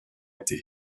été